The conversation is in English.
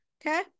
Okay